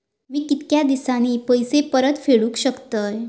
मी कीतक्या दिवसांनी पैसे परत फेडुक शकतय?